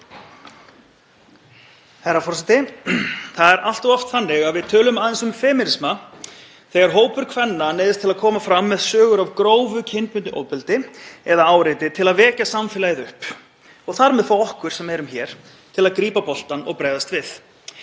Herra forseti. Það er allt of oft þannig að við tölum aðeins um femínisma þegar hópur kvenna neyðist til að koma fram með sögur af grófu kynbundnu ofbeldi eða áreiti til að vekja samfélagið upp og þar með fá okkur sem erum hér til að grípa boltann og bregðast við.